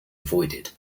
avoided